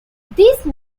these